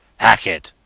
hackett.